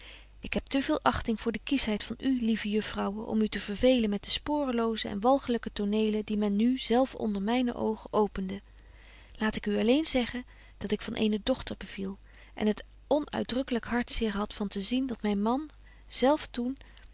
ik heb te veel achting voor de kieschheid van u lieve juffrouwen om u te vervelen met de sporeloze en walchelyke tonelen die men nu zelf onder myne oogen opende laat ik u alleen zeggen dat ik van eene dochter beviel en het onuitdrukkelyk hartzeer had van te zien dat myn man zelf toen